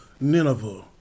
Nineveh